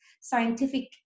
scientific